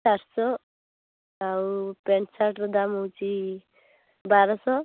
ସାତଶହ ଆଉ ପ୍ୟାଣ୍ଟ୍ସାଟ୍ର ଦାମ୍ ହେଉଛି ବାରଶହ